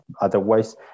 Otherwise